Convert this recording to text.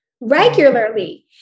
regularly